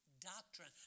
Doctrine